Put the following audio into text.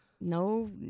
No